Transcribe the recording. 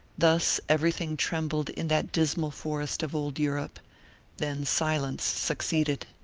thus everything trembled in that dismal forest of old europe then silence succeeded.